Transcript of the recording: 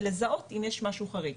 ולזהות אם יש משהו חריג.